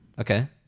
okay